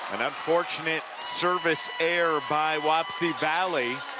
an unfortunate service error by wapsie valley,